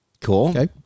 cool